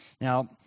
Now